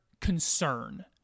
concern